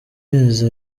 mezi